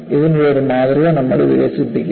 ഇതിനുള്ള ഒരു മാതൃക നമ്മൾ വികസിപ്പിക്കും